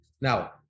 Now